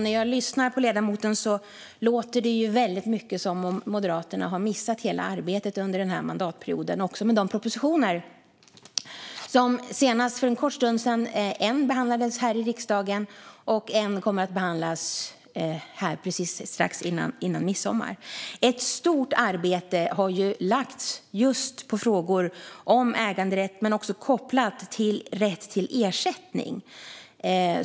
När jag lyssnar på ledamoten låter det väldigt mycket som om Moderaterna har missat hela arbetet under denna mandatperiod och också de propositioner som har behandlats. En behandlades för en kort stund här i riksdagen, och en kommer att behandlas strax före midsommar. Ett stort arbete har lagts just på frågor om äganderätt, också kopplat till rätt till ersättning.